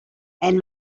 and